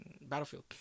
Battlefield